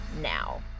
now